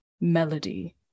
melody